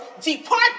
Depart